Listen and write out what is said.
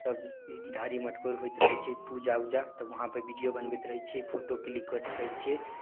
सब घी ढारी मटकोर होइत रहय छै पूजा उजा तब वहाँ पर वीडियो बनबैत रहय छियै फोटो क्लिक करैत रहय छियै